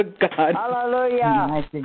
Hallelujah